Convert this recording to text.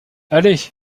allez